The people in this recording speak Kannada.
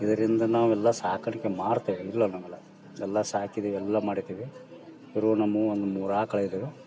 ಇದರಿಂದ ನಾವೆಲ್ಲ ಸಾಕಾಣಿಕೆ ಮಾಡ್ತೇವೆ ಇಲ್ಲ ಅನ್ನೋದಲ್ಲ ಎಲ್ಲ ಸಾಕಿದೇವೆ ಎಲ್ಲ ಮಾಡಿದೇವೆ ಇವರು ನಮ್ಮವು ಒಂದು ಮೂರು ಆಕಳು ಐದವು